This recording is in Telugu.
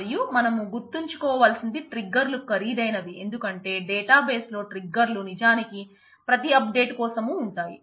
మరియు మనం గుర్తుంచుకోవలసినది ట్రిగ్గర్లు లో ట్రిగ్గర్లు నిజానికి ప్రతి అప్ డేట్ కోసం ఉంటాయి